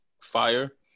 fire